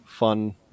fun